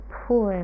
poor